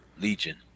Legion